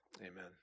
Amen